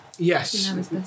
Yes